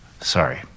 Sorry